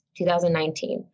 2019